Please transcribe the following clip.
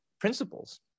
principles